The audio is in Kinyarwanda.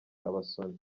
abasomyi